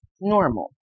normal